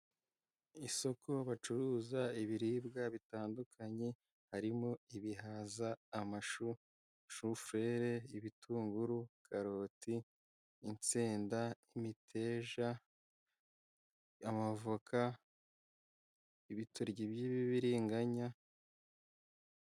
Isoko bacuruza ibiribwa bitandukanye harimo ibihaza, amashu, shufurere, ibitunguru, karoti, insenda, imiteja, amavoka, ibitoryi by'ibibiriganya.